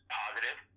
positive